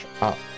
up